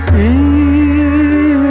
e